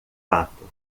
fato